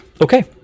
Okay